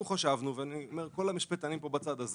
כל המשפטנים פה בצד הזה